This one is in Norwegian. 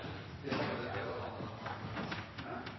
ikke gjør det